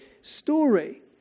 story